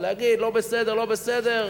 אבל להגיד: לא בסדר, לא בסדר,